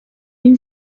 این